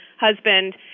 husband